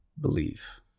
belief